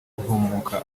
guhumuka